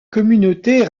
communauté